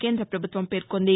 కేంద్ర పభుత్వం పేర్కొంది